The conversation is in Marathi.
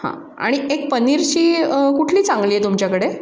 हां आणि एक पनीरची कुठली चांगली आहे तुमच्याकडे